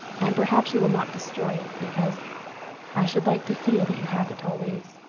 and perhaps you will not destroy it, because i should like to feel that you have it always.